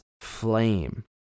flame